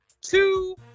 two